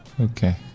Okay